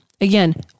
again